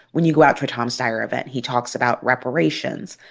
when you go out to a tom steyer event, he talks about reparations,